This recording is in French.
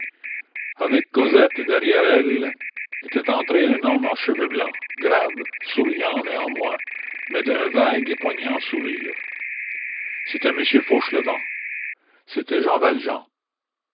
avec cosette et derrière elle était entré un homme en cheveux blancs grave souriant néanmoins mais d'un vague et poignant sourire c'était monsieur fauchelevent c'était jean valjean